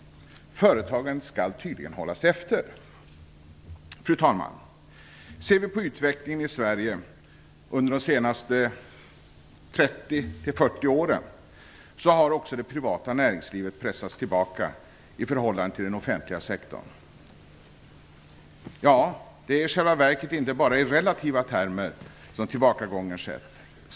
Företagandet skall tydligen hållas efter! Fru talman! Ser vi på utvecklingen i Sverige under de senaste 30-40 åren har också det privata näringslivet pressats tillbaka i förhållande till den offentliga sektorn. Ja, det är i själva verket inte bara i relativa termer som tillbakagången skett.